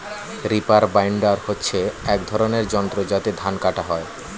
reaper binder হচ্ছে এক ধরনের যন্ত্র যাতে ধান কাটা হয়